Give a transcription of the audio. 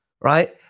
Right